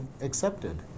accepted